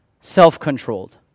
Self-controlled